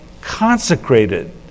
consecrated